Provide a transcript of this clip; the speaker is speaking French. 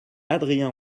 adrien